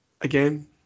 again